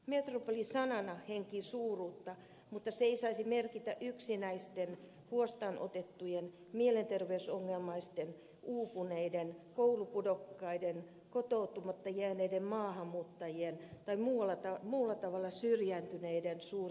metropoli sanana henkii suuruutta mutta se ei saisi merkitä yksinäisten huostaanotettujen mielenterveysongelmaisten uupuneiden koulupudokkaiden kotoutumatta jääneiden maahanmuuttajien tai muulla tavalla syrjäytyneiden suurta määrää